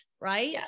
right